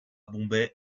bombay